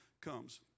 comes